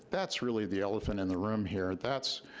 that's really the elephant in the room here. that's,